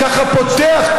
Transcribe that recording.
וככה פותח,